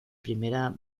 primera